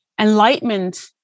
enlightenment